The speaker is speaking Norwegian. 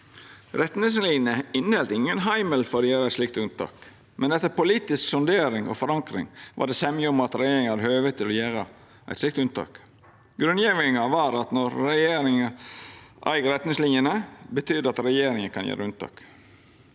Retningslinjene inneheldt ingen heimel for å gjera eit slikt unntak, men etter politisk sondering og forankring var det semje om at regjeringa hadde høve til å gjera eit slikt unntak. Grunngjevinga var at når regjeringa eig retningslinjene, betyr det at regjeringa kan gjera unntak.